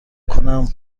کنم